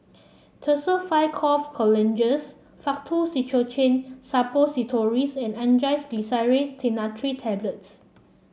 Tussils five Cough Colozenges Faktu Cinchocaine Suppositories and Angised Glyceryl Trinitrate Tablets